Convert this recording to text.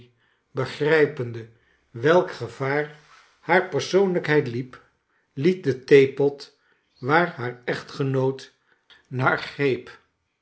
begrijpende welk g evaar haar persoonlijkheid liep liet den theepot waar haar echtgenoot naar greep